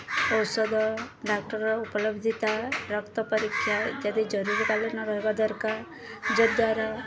ଔଷଧ ଡାକ୍ଟରର ଉପଲବ୍ଧିତା ରକ୍ତ ପରୀକ୍ଷା ଇତ୍ୟାଦି ଜରୁରୀକାଳିନ ରହିବା ଦରକାର ଯଦ୍ଦ୍ୱାରା